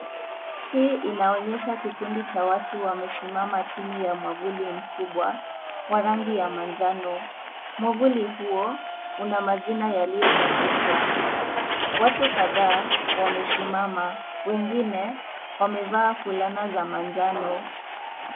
Hii inaonyesha kikundi cha watu wamesimama chini ya mavuli mkubwa ,wa rangi ya njano, mwavuli huo una msjina yanayochapishwa ,watu kadhaa wamesimama wengine wamevaa fulana za manjano